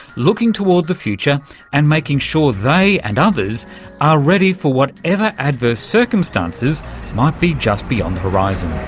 looking toward the future and making sure they and others are ready for whatever adverse circumstances might be just beyond the horizon.